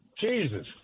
Jesus